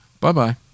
Bye-bye